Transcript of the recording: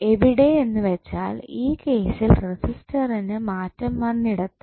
എവിടെ എന്നുവച്ചാൽ ഈ കേസിൽ റെസിസ്റ്ററിനു മാറ്റം വന്നിടത്തു